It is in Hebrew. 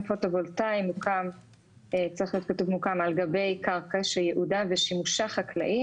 מוקם על גבי קרקע שייעודה ושימושה חקלאי